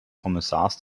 kommissars